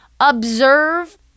observe